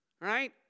right